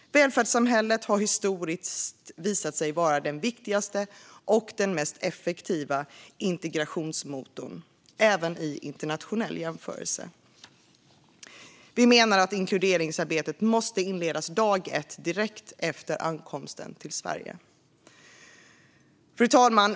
Välfärdssamhället har historiskt visat sig vara den viktigaste och mest effektiva integrationsmotorn, även i internationell jämförelse. Vi menar att inkluderingsarbetet måste inledas dag ett - direkt efter ankomsten till Sverige. Fru talman!